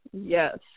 Yes